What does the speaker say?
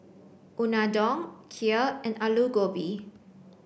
Unadon Kheer and Alu Gobi